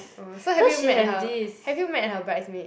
orh so have you met her have you met her bridesmaid